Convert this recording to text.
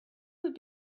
would